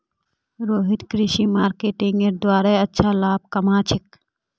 रोहित कृषि मार्केटिंगेर द्वारे अच्छा लाभ कमा छेक